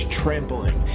trampling